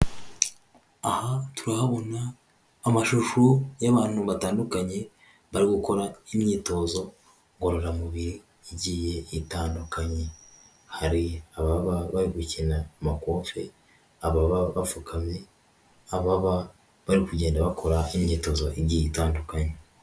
Aha turahabona amashusho y'abantu batandukanye bari gukora imyitozo ngororamubiri igiye itandukanye, hari ababa bari gukina amakofe, ababa bapfukamye, ababa bari kugenda bakora imyitozo igiye itandukanye.